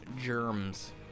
germs